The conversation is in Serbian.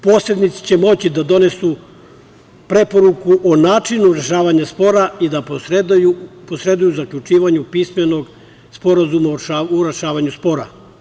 Posrednici će moći da donesu preporuku o načinu rešavanja spora i da posreduju u zaključivanju pismenog sporazuma u rešavanju spora.